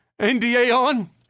NDA-on